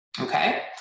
okay